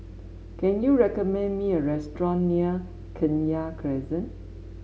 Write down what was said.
can you recommend me a restaurant near Kenya Crescent